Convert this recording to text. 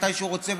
מתי שהוא רוצה,